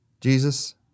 Jesus